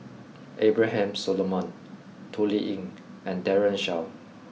Abraham Solomon Toh Liying and Daren Shiau